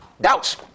doubts